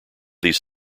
these